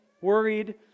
worried